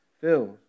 filled